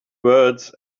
words